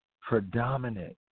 predominant